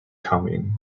coming